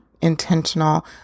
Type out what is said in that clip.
intentional